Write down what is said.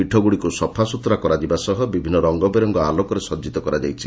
ପୀଠଗୁଡ଼ିକୁ ସଫାସୁତୁରା କରାଯିବା ସହ ବିଭିନ୍ନ ରଙ୍ଗ ବେରଙ୍ଫ ଆଲୋକରେ ସଜିତ କରାଯାଇଛି